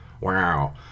Wow